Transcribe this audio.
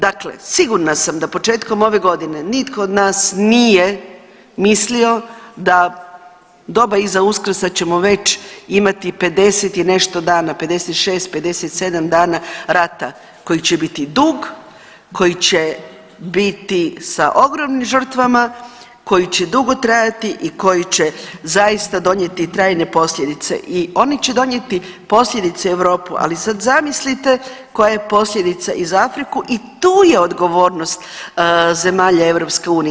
Dakle, sigurna sam da početkom ove godine nitko od nas nije mislio da doba iza Uskrsa ćemo imati već 50 i nešto dana 56, 57 dana rata koji će biti dug, koji će biti sa ogromnim žrtvama, koji će dugo trajati i koji će zaista donijeti trajne posljedice i oni će donijeti posljedice u Europu, ali sad zamislite koja je posljedica i za Afriku i tu je odgovornost zemalja EU.